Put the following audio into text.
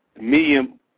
medium